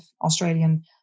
Australian